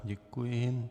Děkuji.